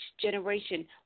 generation